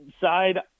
side